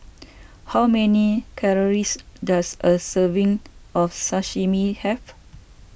how many calories does a serving of Sashimi have